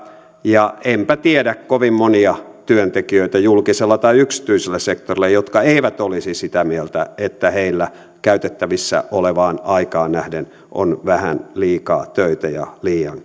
ja enpä tiedä kovin monia työntekijöitä julkisella tai yksityisellä sektorilla jotka eivät olisi sitä mieltä että heillä käytettävissä olevaan aikaan nähden on vähän liikaa töitä ja liian